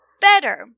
better